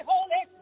Holy